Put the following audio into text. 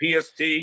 PST